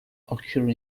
occur